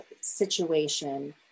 situation